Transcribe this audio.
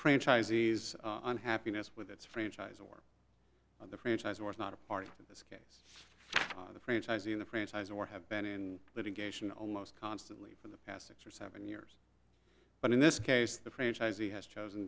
franchisees unhappiness with its franchise or the franchise or is not a part of this case the franchise in the franchise or have been in litigation almost constantly for the past six or seven years but in this case the franchisee has chosen